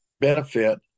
benefit